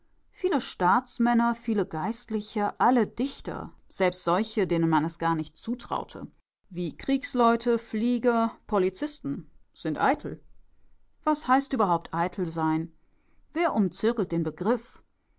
viele staatsmänner viele geistliche alle dichter selbst solche denen man es gar nicht zutraute wie kriegsleute flieger polizisten sind eitel was heißt überhaupt eitel sein wer umzirkelt den begriff